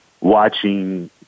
Watching